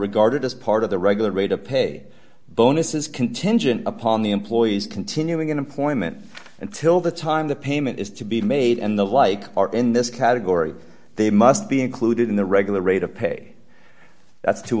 regarded as part of the regular rate of pay bonuses contingent upon the employees continuing employment until the time the payment is to be made and the like are in this category they must be included in the regular rate of pay t